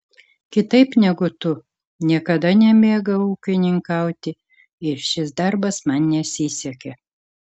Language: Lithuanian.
kitaip negu tu niekada nemėgau ūkininkauti ir šis darbas man nesisekė